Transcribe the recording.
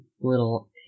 little